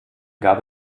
gab